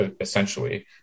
essentially